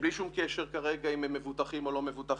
בלי שום קשר כרגע אם הם מבוטחים או לא מבוטחים.